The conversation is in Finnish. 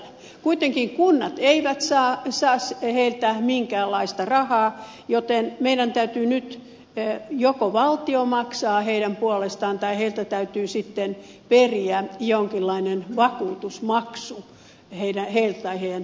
kuitenkaan kunnat eivät saa heiltä minkäänlaista rahaa joten joko valtio maksaa heidän puolestaan tai heiltä täytyy sitten periä jonkinlainen vakuutusmaksu heiltä tai heidän työntekijöiltään